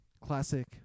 Classic